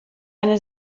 eine